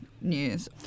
news